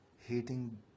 hating